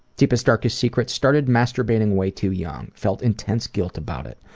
deepest darkest secrets? started masturbating way too young. felt intense guilt about it.